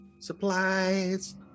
Supplies